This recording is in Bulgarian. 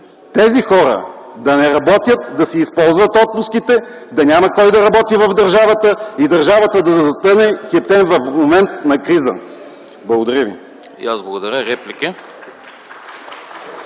тези хора да не работят, да си използват отпуските, да няма кой да работи в държавата и държавата да затъне хептен в момент на криза. Благодаря ви.